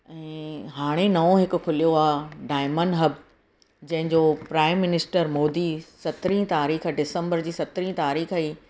ऐं हाणे नओं हिकु खुलियो आहे डायमंड हब जंहिंजो प्राइममिनिस्टर मोदी सतरहीं तारीख़ डिसम्बर जी सतरहीं तारीख़ ई